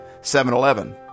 7-Eleven